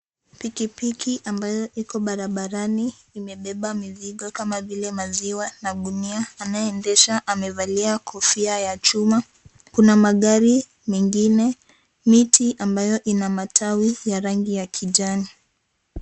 Pikipiki ambayo iko barabarani imebeba mizigo kama vile maziwa na gunia anayeendesha amevalia kofia ya chuma , kuna magari mengine , miti ambayo ina matawi ya rangi ya kijani.